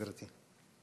גברתי.